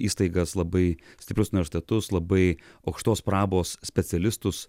įstaigas labai stiprius na universitetus labai aukštos prabos specialistus